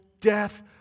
death